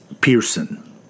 Pearson